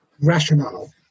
rationale